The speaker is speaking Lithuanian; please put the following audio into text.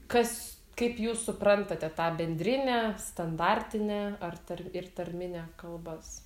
kas kaip jūs suprantate tą bendrinę standartinę ar tar ir tarminę kalbas